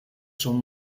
son